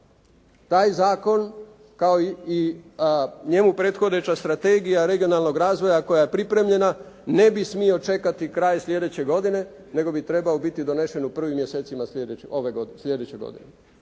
Taj zakon kao i njemu prethodeča strategija regionalnog razvoja koja je pripremljena ne bi smio čekati kraj sljedeće godine, nego bi trebao biti donesen u prvim mjesecima sljedeće godine.